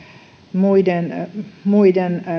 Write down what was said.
muiden muiden